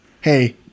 Hey